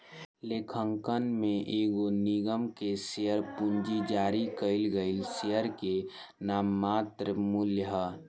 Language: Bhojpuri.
लेखांकन में एगो निगम के शेयर पूंजी जारी कईल गईल शेयर के नाममात्र मूल्य ह